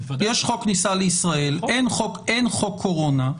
יש חוק כניסה לישראל, אין חוק קורונה.